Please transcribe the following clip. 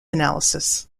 analysis